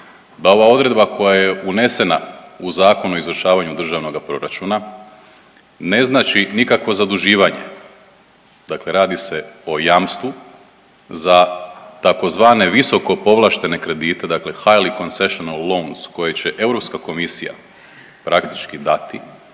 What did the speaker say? da ova odredba koja je unesena u Zakon o izvršavanju državnoga proračuna ne znači nikakvo zaduživanje. Dakle, radi se o jamstvu za tzv. visoko povlaštene kredite, dakle …/Govornik govori engleski, ne razumije se./… koje će Europska komisija praktički dati.